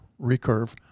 recurve